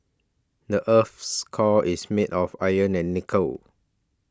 the earth's core is made of iron and nickel